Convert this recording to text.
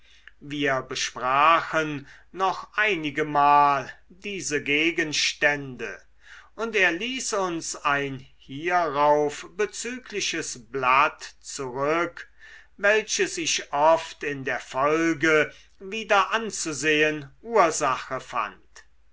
wir besprachen noch einigemal diese gegenstände und er ließ uns ein hierauf bezügliches blatt zurück welches ich oft in der folge wieder anzusehen ursache fand